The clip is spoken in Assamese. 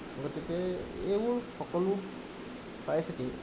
গতিকে এইবোৰ সকলো চাই চিতি